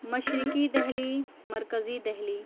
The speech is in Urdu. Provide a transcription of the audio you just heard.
مشرقی دہلی مرکزی دہلی